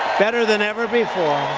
better than ever before.